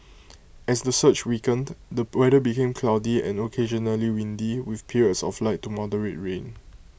as the surge weakened the weather became cloudy and occasionally windy with periods of light to moderate rain